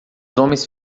homens